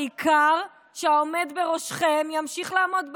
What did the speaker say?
העיקר שהעומד בראשכם ימשיך לעמוד בראש.